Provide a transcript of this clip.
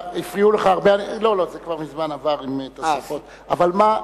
אבל מה,